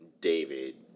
David